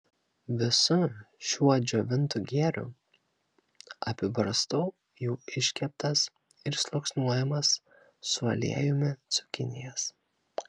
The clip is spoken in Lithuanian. visu šiuo džiovintu gėriu apibarstau jau iškeptas ir sluoksniuojamas su aliejumi cukinijas